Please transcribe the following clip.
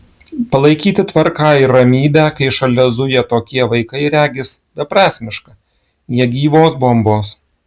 palaikyti tvarką ir ramybę kai šalia zuja tokie vaikai regis beprasmiška jie gyvos bombos